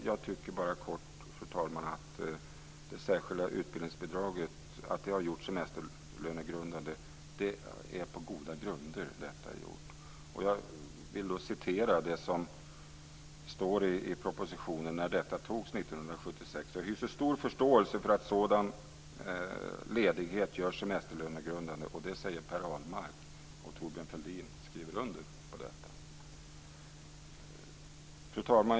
Jag tycker att det är på goda grunder som det särskilda utbildningsbidraget har gjorts semesterlönegrundande. Jag vill referera det som stod i propositionen när man fattade beslut om detta 1976, nämligen: Jag hyser stor förståelse för att sådan ledighet görs semesterlönegrundande. Detta skrev Per Ahlmark, och Thorbjörn Fälldin stod bakom detta. Fru talman!